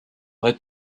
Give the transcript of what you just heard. vrai